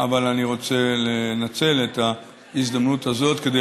אבל אני רוצה לנצל את ההזדמנות הזאת כדי